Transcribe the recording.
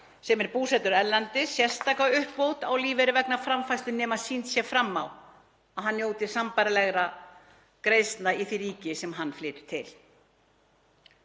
sem er búsettur erlendis sérstaka uppbót á lífeyri vegna framfærslu, nema sýnt sé fram á að hann njóti sambærilegs stuðnings í því ríki sem hann flytur til.“